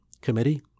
committee